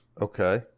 Okay